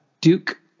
Duke